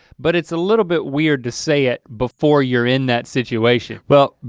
but it's a little bit weird to say it before you're in that situation. well,